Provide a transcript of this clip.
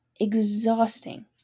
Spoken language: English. exhausting